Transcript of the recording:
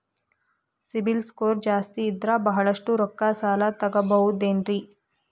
CIBIL score ಜಾಸ್ತಿ ಇದ್ರ ಬಹಳಷ್ಟು ರೊಕ್ಕ ಸಾಲ ತಗೋಬಹುದು ಏನ್ರಿ?